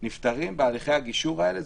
בהליכי הגישור האלה.